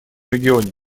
регионе